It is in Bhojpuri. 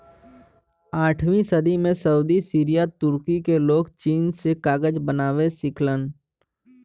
आठवीं सदी में सऊदी सीरिया तुर्की क लोग चीन से कागज बनावे सिखलन